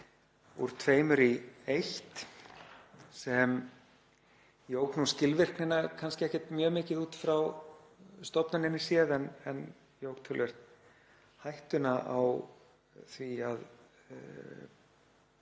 úr tveimur í eitt, sem jók skilvirknina kannski ekkert mjög mikið út frá stofnuninni séð en jók töluvert hættuna á því að